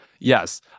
Yes